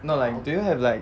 not like do you have like